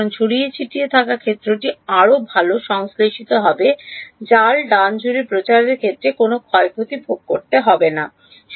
কারণ ছড়িয়ে ছিটিয়ে থাকা ক্ষেত্রটি আরও ভাল সংশ্লেষিত হবে জাল প্রচারের ক্ষেত্রে কোনও ক্ষয়ক্ষতি ভোগ করতে হবে না ঠিক আছে